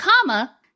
comma